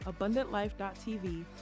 AbundantLife.tv